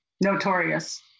notorious